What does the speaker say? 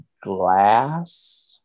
glass